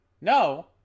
No